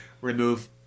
remove